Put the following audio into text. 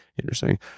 interesting